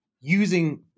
using